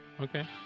okay